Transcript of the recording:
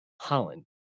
Holland